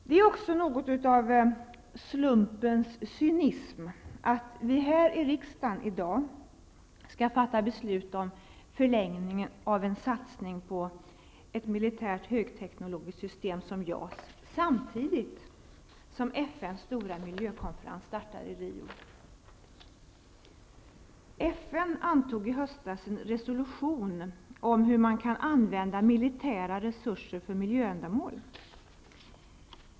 Det är också något av slumpens cynism att vi här i riksdagen i dag skall fatta beslut om förlängning av en satsning på ett militärt högteknologiskt system som JAS samtidigt som FN:s stora miljökonferens startar i Rio. FN antog i höstas en resolution om hur man kan använda militära resurser för miljöändamål.